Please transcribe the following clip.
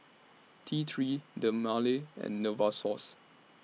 T three Dermale and Novosource